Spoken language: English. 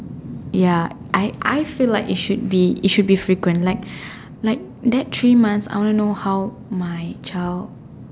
ya I I feel like it should be it should be frequent like like that three months I want to know how my child